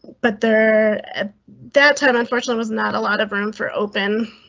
but there at that time unfortunately is not a lot of room for open